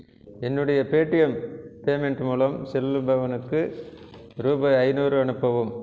என்னுடைய Paytm payment மூலம் செல்லுபவனுக்கு ரூபாய் ஐநூறு அனுப்பவும்